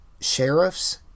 sheriffs